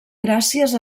gràcies